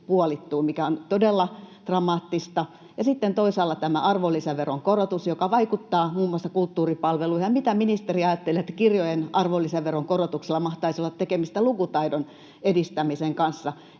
mikä on todella dramaattista, ja sitten toisaalla on tämä arvonlisäveron korotus, joka vaikuttaa muun muassa kulttuuripalveluihin. Mitä ministeri ajattelee, että kirjojen arvonlisäveron korotuksella mahtaisi olla tekemistä lukutaidon edistämisen kanssa?